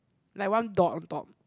like one dog a dog